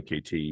KT